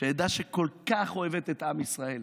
שעדה שכל כך אוהבת את עם ישראל,